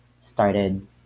started